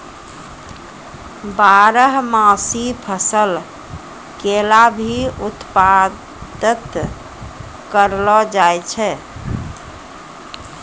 बारहमासी फसल केला भी उत्पादत करलो जाय छै